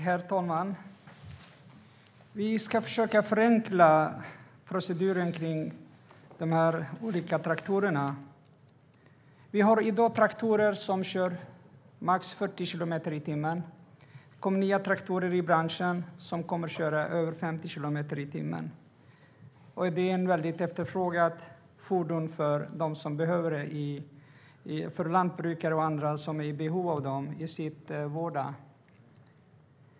Herr talman! Vi ska försöka förenkla proceduren kring de olika traktorerna. Vi har i dag traktorer som åker max 40 kilometer i timmen. Det kommer nya traktorer i branschen som kommer att åka över 50 kilometer i timmen. Det är ett väldigt efterfrågat fordon för lantbrukare och andra som är i behov av det i sin vardag.